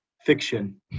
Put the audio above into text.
fiction